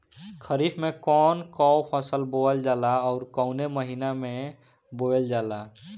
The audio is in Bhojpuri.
खरिफ में कौन कौं फसल बोवल जाला अउर काउने महीने में बोवेल जाला?